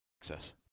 Access